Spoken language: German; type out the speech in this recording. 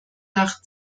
nach